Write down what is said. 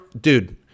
dude